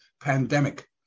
pandemic